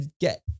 get